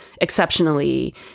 exceptionally